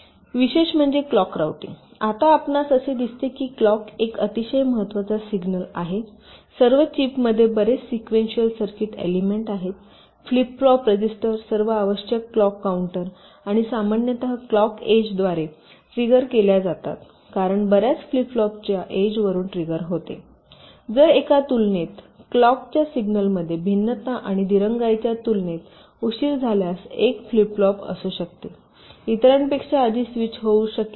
विशेष म्हणजे clock routing आता आपणास असे दिसते की क्लॉक एक अतिशय महत्त्वाचा सिग्नल आहे सर्व चिपमध्ये बरेच सिक्वेन्शिअल सर्किट एलिमेंट आहेत फ्लिप फ्लॉप रजिस्टर सर्व आवश्यक क्लॉक काउंटर आणि सामान्यत क्लॉक एड्ज द्वारे ट्रिगर केल्या जातात कारण बर्याच फ्लिप फ्लॉपच्या एड्जरुन ट्रिगर होते जर एका तुलनेत क्लॉक च्या सिग्नलमध्ये भिन्नता आणि दिरंगाईच्या तुलनेत उशीर झाल्यास एक फ्लिप फ्लॉप असू शकते इतरांपेक्षा आधी स्विच होऊ शकेल